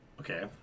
Okay